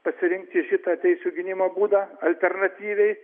pasirinkti šitą teisių gynimo būdą alternatyviai